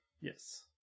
Yes